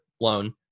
loan